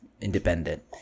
independent